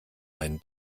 einen